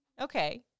Okay